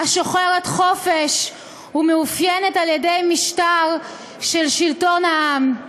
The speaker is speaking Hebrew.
השוחרת חופש ומאופיינת על-ידי משטר של שלטון העם,